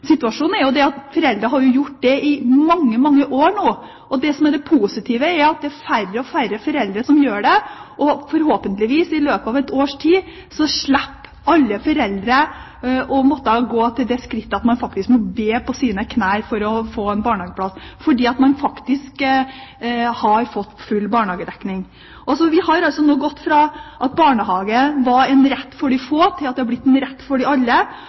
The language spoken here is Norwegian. Situasjonen er jo at foreldrene har gjort det i mange, mange år nå. Det som er det positive, er at det er færre og færre foreldre som gjør det, og forhåpentligvis slipper alle foreldre i løpet av et års tid å gå til det skrittet at man må be på sine knær for å få en barnehageplass, fordi man faktisk har fått full barnehagedekning. Vi har altså gått fra at barnehage var en rett for de få, til at det nå er blitt en rett for alle.